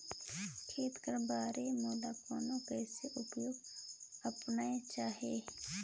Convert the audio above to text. खेती करे बर मोला कोन कस उपाय अपनाये चाही?